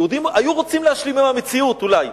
היהודים היו רוצים להשלים עם המציאות אולי,